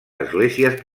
esglésies